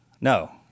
No